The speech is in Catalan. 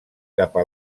capa